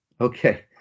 Okay